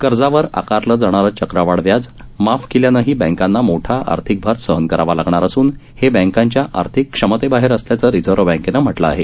कर्जावर आकारलं जाणारं चक्रवाढव्याज माफ केल्यानेही बँकांना मोठा आर्थिक भार सहन करावा लागणार असून हे बँकांच्या आर्थिक क्षमतेबाहेर असल्याचं रिझर्व्ह बँकेनं म्हटलं आहे